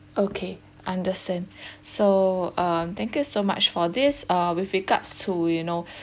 okay understand so um thank you so much for this uh with regards to you know